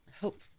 hope